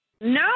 No